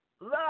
love